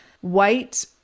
white